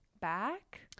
back